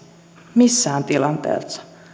missään tilanteessa